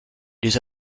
les